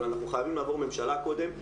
אבל אנחנו חייבים לעבור ממשלה קודם.